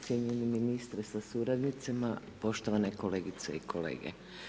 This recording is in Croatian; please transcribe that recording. Cijenjeni ministre sa suradnicima, poštovane kolegice i kolege.